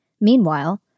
Meanwhile